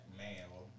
male